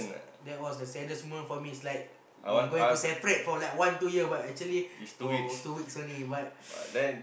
that was the saddest moment for me is like we going to separate for like one two year but actually for two weeks only but